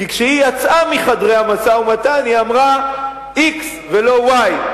כי כשהיא יצאה מחדרי המשא-ומתן היא אמרה x ולא y,